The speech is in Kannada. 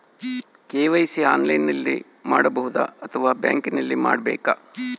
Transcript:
ಕೆ.ವೈ.ಸಿ ಆನ್ಲೈನಲ್ಲಿ ಮಾಡಬಹುದಾ ಅಥವಾ ಬ್ಯಾಂಕಿನಲ್ಲಿ ಮಾಡ್ಬೇಕಾ?